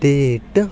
date